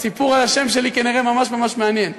הסיפור על השם שלי כנראה ממש ממש מעניין,